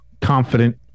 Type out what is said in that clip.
confident